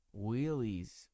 Wheelies